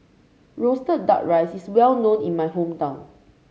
roasted duck rice is well known in my hometown